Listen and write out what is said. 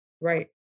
Right